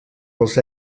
pels